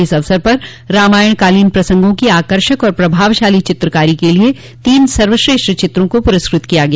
इस अवसर पर रामायणकालीन प्रसंगों की आकर्षक और प्रभावशाली चित्रकारी के लिए तीन सर्वश्रेष्ठ चित्रों को पुरस्कृत किया गया